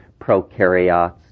prokaryotes